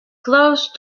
close